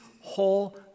whole